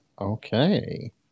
Okay